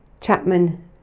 Chapman